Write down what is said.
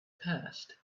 passed